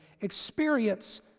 experience